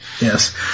Yes